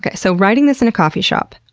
ah so, writing this in a coffee shop,